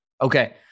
Okay